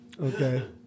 Okay